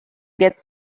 get